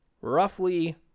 Roughly